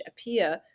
appear